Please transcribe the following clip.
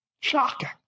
Shocking